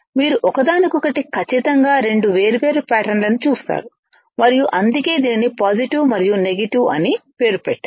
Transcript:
మీరు ఒకదానికొకటి ఖచ్చితంగా రెండు వేర్వేరు ప్యాటర్న్ లను చూస్తారు మరియు అందుకే దీనికి పాజిటివ్ మరియు నెగెటివ్ అని పేరు పెట్టారు